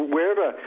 Wherever